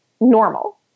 normal